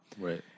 right